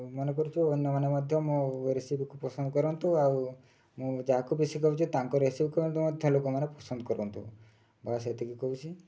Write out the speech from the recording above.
ମାନେକରୁଛୁ ଅନ୍ୟମାନେ ମଧ୍ୟ ମୋ ରେସିପିକୁ ପସନ୍ଦ କରନ୍ତୁ ଆଉ ମୁଁ ଯାହାକୁ ବେଶୀ କହୁଛି ତାଙ୍କ ରେସିପିକୁ ମଧ୍ୟ ଲୋକମାନେ ପସନ୍ଦ କରନ୍ତୁ ବାସ୍ ସେତିକି କହୁଛି